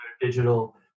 Digital